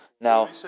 Now